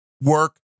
work